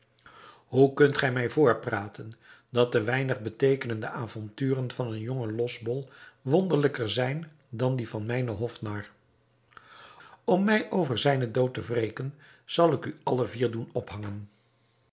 hoe kunt gij mij voorpraten dat de weinig beteekenende avonturen van een jongen losbol wonderlijker zijn dan die van mijnen hofnar om mij over zijnen dood te wreken zal ik u alle vier doen ophangen